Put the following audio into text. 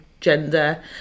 gender